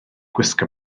gwisgo